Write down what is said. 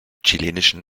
chilenischen